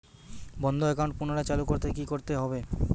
বন্ধ একাউন্ট পুনরায় চালু করতে কি করতে হবে?